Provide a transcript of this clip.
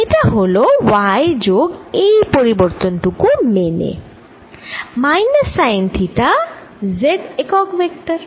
এটা হল y যোগ এই পরিবর্তন টুকু মানে মাইনাস সাইন থিটা z একক ভেক্টর